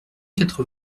quatre